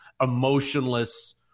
emotionless